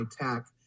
tech